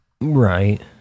right